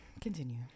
Continue